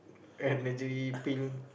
energy pill